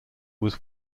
was